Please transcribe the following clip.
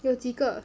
有几个